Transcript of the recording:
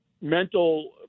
mental